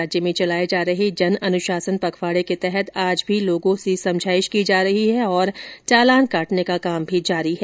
राज्य में चलाए जा रहे जन अनुशासन पखवाड़े के तहत आज भी लोगों से समझाइश और चालान काटने का काम जारी है